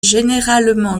généralement